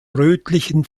rötlichen